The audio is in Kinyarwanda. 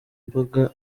mbaga